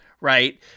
Right